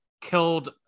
killed